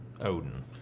Odin